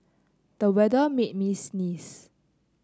the weather made me sneeze